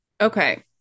Okay